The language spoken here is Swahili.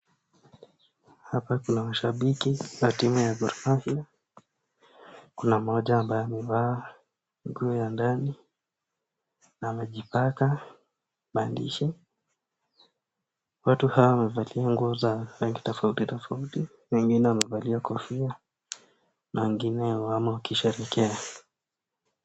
Hapa kuna mashabiki na timu ya gormahia kuna mmoja ambaye amevaa nguo ya ndani na amejipaka maandishi. Watu hawa wamevalia nguo za rangi tofauti tofauti wengine wamevalia kofia na wengine wamo wakishehekea.